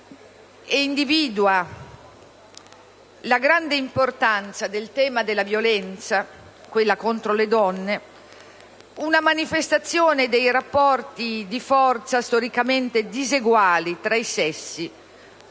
e individua la grande importanza del tema della violenza, quella contro le donne, come una manifestazione dei rapporti di forza storicamente diseguali tra i sessi,